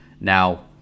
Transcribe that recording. now